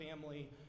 family